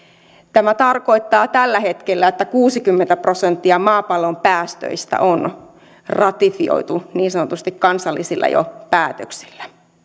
tämä tarkoittaa tällä hetkellä että kuusikymmentä prosenttia maapallon päästöistä on ratifioitu niin sanotusti kansallisilla päätöksillä